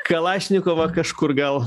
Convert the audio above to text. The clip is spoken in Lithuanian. kalašnikovą kažkur gal